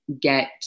get